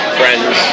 friends